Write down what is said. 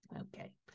okay